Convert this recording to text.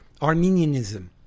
Armenianism